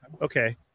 okay